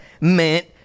meant